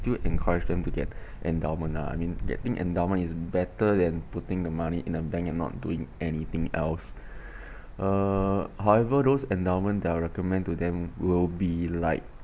do encourage them to get endowment uh I mean getting endowment is better than putting the money in a bank and not doing anything else uh however those endowment that I recommend to them will be like